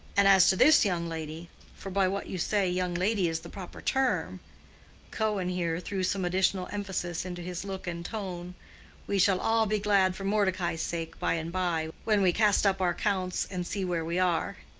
and as to this young lady for by what you say young lady is the proper term cohen here threw some additional emphasis into his look and tone we shall all be glad for mordecai's sake by-and-by, when we cast up our accounts and see where we are.